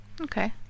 Okay